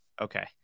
Okay